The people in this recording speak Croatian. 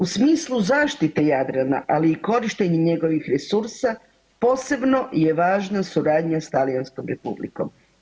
U smislu zaštite Jadrana, ali i korištenje njegovih resursa posebno je važna suradnja s Talijanskom Republikom.